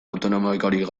autonomikorik